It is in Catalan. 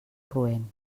roent